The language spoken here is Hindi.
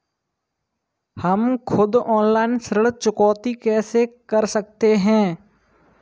हम खुद ऑनलाइन ऋण चुकौती कैसे कर सकते हैं?